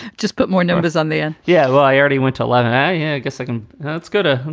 just put more numbers on there. yeah, well i already went to eleven. i yeah guess i can go to.